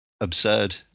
absurd